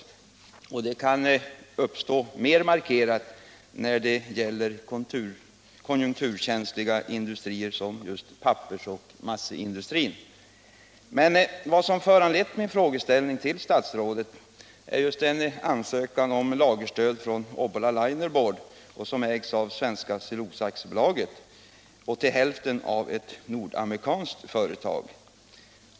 Det förhållandet kan också bli ännu mer markerat när det gäller konjunkturkänsliga industrier som pappersoch massaindustrin. Vad som föranlett min fråga till statsrådet är en ansökan om lagerstöd från Obbola Linerboard, som ägs till hälften av Svenska Cellulosa AB och till hälften av ett nordamerikanskt företag.